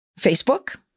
Facebook